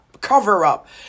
cover-up